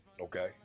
Okay